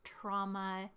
trauma